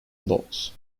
adults